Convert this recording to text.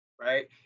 right